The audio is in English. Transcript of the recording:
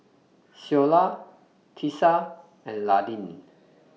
Ceola Tisa and Landin